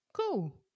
cool